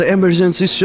Emergency